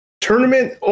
tournament